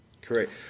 Correct